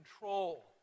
control